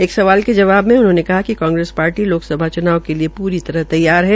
एक सवाल के जवाब में उन्होंने कहा कि कांग्रेस पार्टी लोकसभा च्नाव के लिये प्री तरह से शामिल है